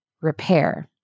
repair